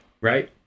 Right